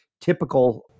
typical